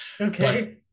Okay